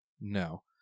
No